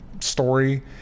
story